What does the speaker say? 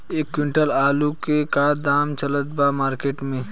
एक क्विंटल आलू के का दाम चलत बा मार्केट मे?